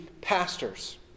pastors